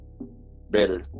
better